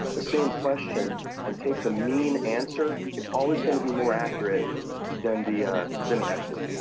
the same question and take the mean answer, it's always going to be more accurate than the ah than the experts.